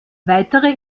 weitere